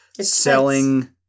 selling